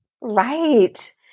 Right